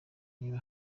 niba